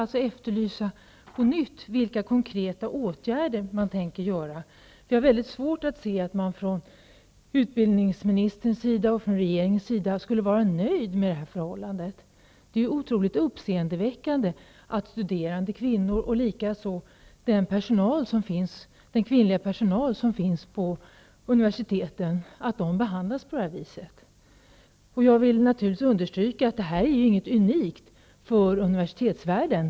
Jag efterlyser på nytt vilka konkreta åtgärder man tänker vidta. Jag har svårt att se att utbildningsministern och regeringen skulle vara nöjd med förhållandet. Det är otroligt uppseendeväckande att studerande kvinnor och den kvinnliga personal som finns på universiteten behandlas på det här viset. Jag vill understryka att detta inte är något unikt för universitetsvärlden.